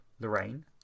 Lorraine